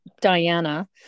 Diana